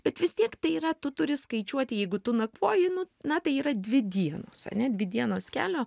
bet vis tiek tai yra tu turi skaičiuoti jeigu tu nakvoji nu na tai yra dvi dienos ar ne dvi dienos kelio